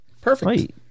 Perfect